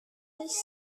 nichts